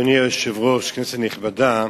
אדוני היושב-ראש, כנסת נכבדה,